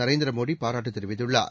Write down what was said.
நரேந்திரமோடிபாராட்டுத் தெரிவித்துள்ளார்